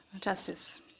Justice